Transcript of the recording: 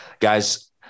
Guys